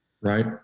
Right